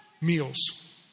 meals